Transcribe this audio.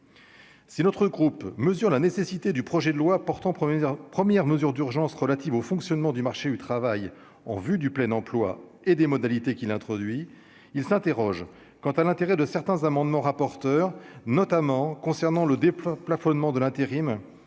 si notre groupe mesurent la nécessité du projet de loi portant premières mesures d'urgences relatives au fonctionnement du marché du travail en vue du plein emploi et des modalités qui l'introduit il s'interrogent quant à l'intérêt de certains amendements rapporteur, notamment concernant le déplore plafonnement de l'intérim